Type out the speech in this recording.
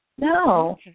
No